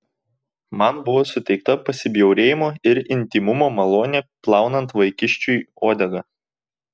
man buvo suteikta pasibjaurėjimo ir intymumo malonė plaunant vaikiščiui uodegą